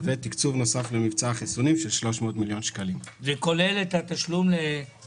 ולתת תקצוב נוסף של 300 מיליון שקל למבצע החיסונים.